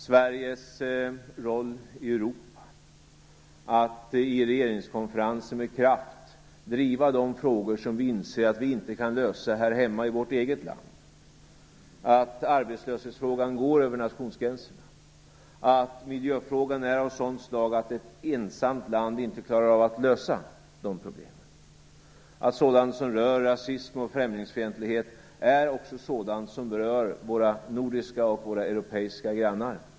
Sveriges roll i Europa är att i regeringskonferensen med kraft driva de frågor som vi inser att vi inte kan lösa här hemma i vårt eget land. Arbetslöshetsfrågan går över nationsgränserna. Miljöfrågan är av sådant slag att ett ensamt land inte klarar av att lösa de problem som den innehåller. Sådant som rör rasism och främlingsfientlighet är också sådant som berör våra nordiska och våra europeiska grannar.